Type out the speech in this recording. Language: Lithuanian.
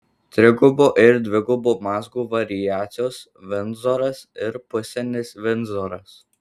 trigubo ir dvigubo mazgo variacijos vindzoras ir pusinis vindzoras